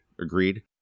Agreed